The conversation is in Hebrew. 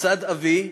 מצד אבי,